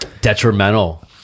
detrimental